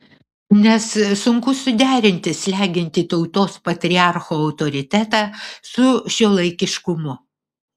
nes sunku suderinti slegiantį tautos patriarcho autoritetą su šiuolaikiškumu